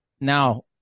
now